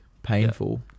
painful